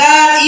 God